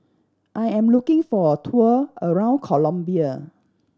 I am looking for a tour around Colombia